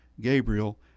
Gabriel